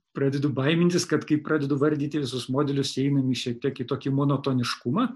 pradedu baimintis kad kai pradedu vardyti visus modelius įeinam į šiek tiek kitokį monotoniškumą